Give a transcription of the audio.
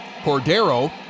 Cordero